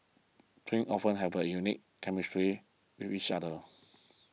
twins often have a unique chemistry with each other